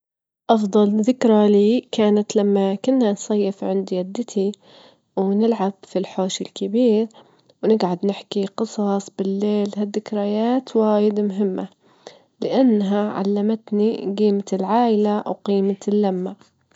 منزل أحلامي أحب أنه تكون حديته واسع، أحب أنه يكون مع تصميم عصري وأتات مريح، أحب منزل أحلامي يكون فيه نوافذ كبيرة عشان يدخل منها الضوء الطبيعي، أحبها يكون بالطابع البسيط المريح والجميل.